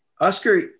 Oscar